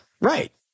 right